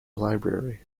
library